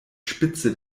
spitze